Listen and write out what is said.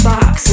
Box